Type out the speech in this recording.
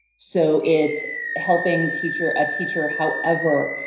so, it's helping teacher, a teacher, however,